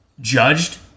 judged